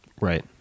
right